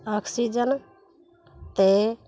oxygen 'ਤੇ